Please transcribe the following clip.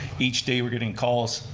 each day we're getting calls.